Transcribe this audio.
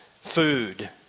food